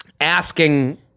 asking